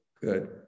good